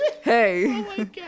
Hey